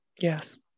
Yes